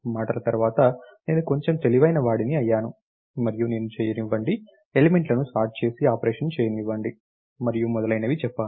మాటల తర్వాత నేను కొంచెం తెలివైనవాడిని అయ్యాను మరియు నేను చేయనివ్వండి ఎలిమెంట్లను సార్ట్ చేసి ఆపరేషన్ చేయనివ్వండి మరియు మొదలైనవి చెప్పాను